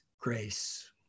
grace